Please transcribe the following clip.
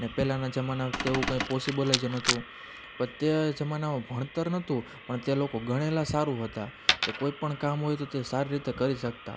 ને પહેલાંનાં જમાના તેવું કંઇ પોસિબલ જ નહોતું તે જમાનામાં ભણતર નહોતું પણ તે લોકો ગણેલાં સારું હતાં કે કોઈ પણ કામ હોય તો તે સારી રીતે કરી શકતાં